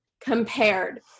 compared